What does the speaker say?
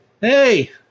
hey